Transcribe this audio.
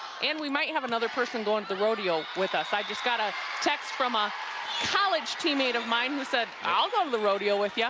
and we might have another person going to the rodeo with us. i just got a text from a college teammate of mine who said, i'll go to the rodeo with you.